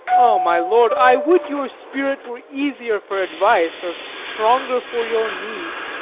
o, my lord, i would your spirit were easier for advice, or stronger for your need.